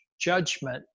judgment